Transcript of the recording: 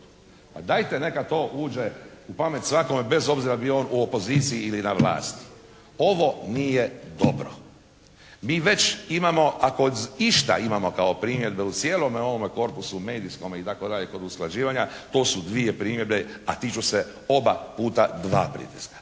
Pa dajte neka to uđe u pamet svakome bez obzira bio on u opoziciji ili na vlasti. Ovo nije dobro. Mi već imamo ako išta imamo kao primjedbe u cijelome ovome korpusu medijskome i tako dalje kod usklađivanja to su dvije primjedbe a tiču se oba puta dva pritiska.